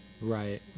Right